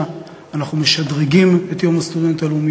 אנחנו משדרגים את יום הסטודנט הלאומי,